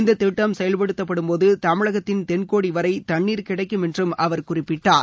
இந்தத் திட்டம் செயல்படுத்தப்படும்போது தமிழகத்தின் தென்கோடி வரை தண்ணீர் கிடைக்கும் என்றும் அவர் குறிப்பிட்டார்